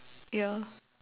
ya